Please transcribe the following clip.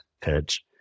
pitch